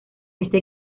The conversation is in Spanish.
este